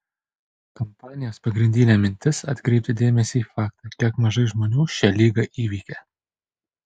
kampanijos pagrindinė mintis atkreipti dėmesį į faktą kiek mažai žmonių šią ligą įveikia